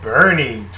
Bernie